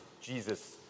Jesus